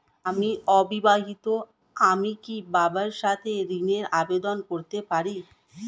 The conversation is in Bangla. আমি অবিবাহিতা আমি কি বাবার সাথে ঋণের আবেদন করতে পারি?